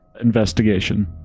investigation